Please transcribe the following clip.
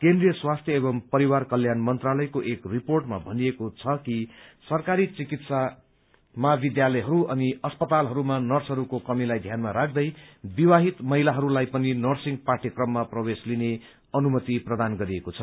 केन्द्रीय स्वास्थ्य एवं परिवार कल्याण मन्त्रालयको एक रिपोर्टमा भनिएको छ कि सरकारी चिकित्सा महाविद्यालयहरू अनि अस्पतालहरूमा नर्सहरूको कमीलाई ध्यानमा राख्दै विवाहित महिलाहरूलाई पनि नर्सिगं पाठ्यक्रममा प्रवेश लिने अनुमति प्रदान गरिएको छ